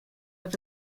with